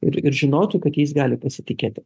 ir ir žinotų kad jais gali pasitikėti